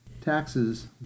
Taxes